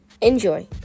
Enjoy